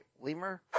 Lemur